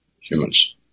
humans